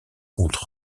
comptes